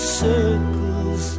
circles